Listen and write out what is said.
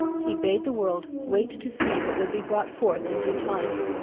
he bade the world wait to see what would be brought forth in due time.